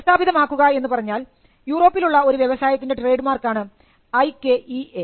വ്യവസ്ഥാപിതം ആക്കുക എന്ന് പറഞ്ഞാൽ യൂറോപ്പിൽ ഉള്ള ഒരു വ്യവസായത്തിൻറെ ട്രേഡ് മാർക്കാണ് ഐകെഇഎ